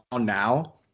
now